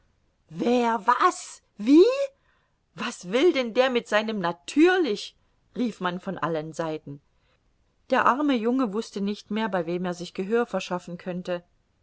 wer was wie was will denn der mit seinem natürlich rief man von allen seiten der arme junge wußte nicht mehr bei wem er sich gehör verschaffen könnte